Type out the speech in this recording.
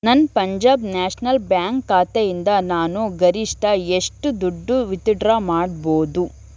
ನನ್ನ Punjab national bank ಖಾತೆಯಿಂದ ನಾನು ಗರಿಷ್ಠ ಎಷ್ಟು ದುಡ್ಡು ವಿತ್ಡ್ರಾ ಮಾಡ್ಬೋದು